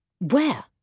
Where